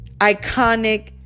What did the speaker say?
iconic